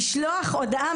לשלוח הודעה,